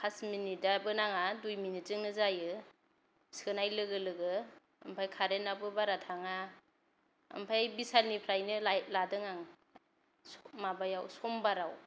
pass मिनिटाबो नाङा दुइ मिनिटजोंनो जायो सोनाय लोगो लोगो ओमफाय कारेन्टआबो बारा थाङा ओमफ्राय भिसालनिफ्रायनो लायदों लादों आं माबायाव समबाराव